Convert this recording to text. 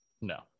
No